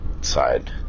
side